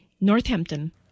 Northampton